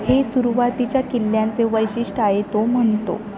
हे सुरुवातीच्या किल्ल्यांचे वैशिष्ट्य आहे तो म्हणतो